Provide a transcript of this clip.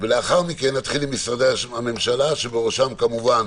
ולאחר מכן נתחיל עם משרדי הממשלה, כשבראשם כמובן